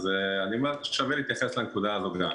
אז אני אומר ששווה להתייחס גם לנקודה הזאת.